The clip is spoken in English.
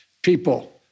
people